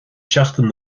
seachtain